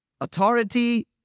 authority